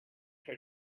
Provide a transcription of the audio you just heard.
her